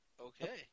Okay